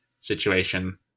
situation